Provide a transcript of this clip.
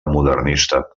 modernista